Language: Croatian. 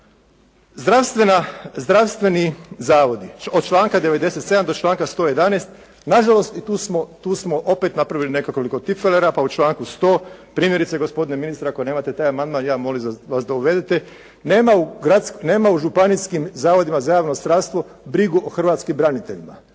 zdravstveni zavodi od članka 47. do članka 111. nažalost i tu smo, tu smo opet napravili nekoliko tipfelera pa u članku 100. primjerice gospodine ministre ako nemate taj amandman ja molim vas da uvedete. Nema u Županijskim zavodima za javno zdravstvo brigu o hrvatskim braniteljima.